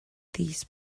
these